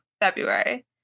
february